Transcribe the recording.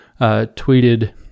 tweeted